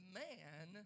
man